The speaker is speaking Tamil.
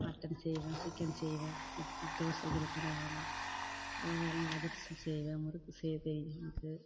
மட்டன் செய்வேன் சிக்கன் செய்வேன் இட்லி தோசைகள் பணியாரங்கள் பலகாரங்கள் அதிரசம் செய்வேன் முறுக்கு செய்ய தெரியும் எனக்கு